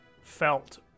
felt